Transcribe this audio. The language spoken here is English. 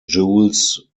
jules